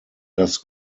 does